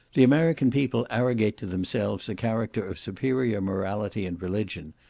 the american people arrogate to themselves a character of superior morality and religion,